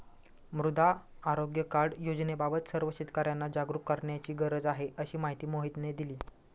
मृदा आरोग्य कार्ड योजनेबाबत सर्व शेतकर्यांना जागरूक करण्याची गरज आहे, अशी माहिती मोहितने दिली